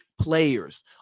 players